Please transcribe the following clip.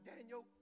Daniel